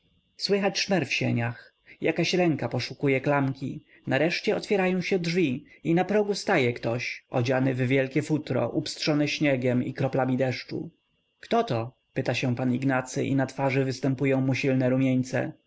słychać szmer w sieniach jakaś ręka poszukuje klamki nareszcie otwierają się drzwi i na progu staje ktoś odziany w wielkie futro upstrzone śniegiem i kroplami deszczu kto to pyta się pan ignacy i na twarz występują mu silne